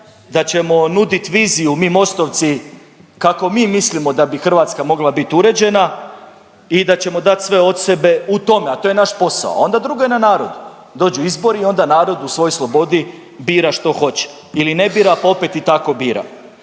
da ćemo nudit viziju mi Mostovci kako mi mislimo da bi Hrvatska mogla bit uređena i da ćemo dat sve od sebe u tome, a to je naš posao, a onda drugo je na narodu, dođu izbori i onda narod u svojoj slobodi bira što hoće ili ne bira, pa opet i tako bira.